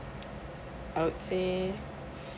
I would say